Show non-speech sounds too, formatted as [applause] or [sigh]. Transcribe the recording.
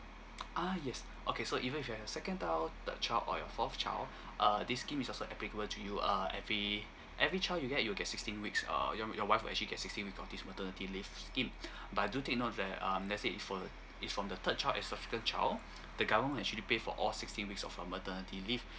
[noise] ah yes okay so even if you have second child third child or your fourth child uh this scheme is also applicable to you uh every every child you get you'll get sixteen weeks uh your your wife will actually get sixteen weeks of this maternity leave scheme [breath] but do take note that um let's say if for it's from the third child and subsequent child the government actually pay for all sixteen weeks of uh maternity leave